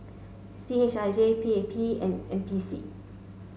C H I J P A P and N P C